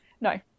No